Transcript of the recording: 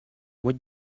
what